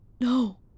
No